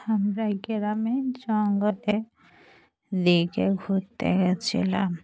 আমরা গ্রামে জঙ্গলের দিকে ঘুত্তে গিয়েছিলাম